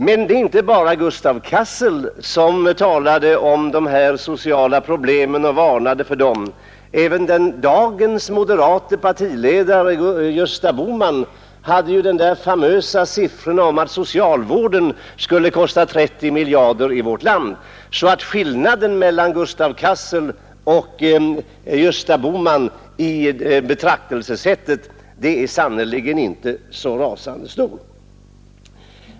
Men det är inte bara Gustav Cassel som varnat för de socialpolitiska åtgärderna — även dagens moderata partiledare, Gösta Bohman, har hävdat att socialpolitiken i vårt land skulle kosta 30 miljarder kronor. Skillnaden i betraktelsesätt mellan Gustav Cassel och Gösta Bohman är sannerligen inte så rasande stor.